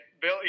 Bill